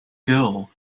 girl